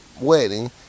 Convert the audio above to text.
wedding